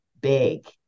big